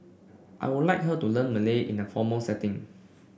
I would like her to learn Malay in a formal setting